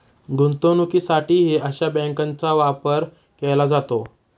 गुंतवणुकीसाठीही अशा बँकांचा वापर केला जातो